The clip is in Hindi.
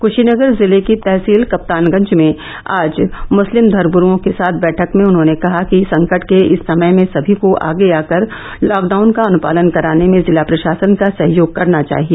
कुशीनगर जिले की तहसील कप्तानगंज में आज मुस्लिम धर्मगुरूओं के साथ बैठक में उन्होंने कहा कि संकट के इस समय में सभी को आगे आकर लॉकडाउन का अनुपालन कराने में जिला प्रशासन का सहयोग करना चाहिए